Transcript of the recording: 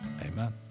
Amen